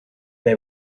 they